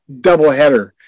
doubleheader